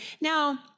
Now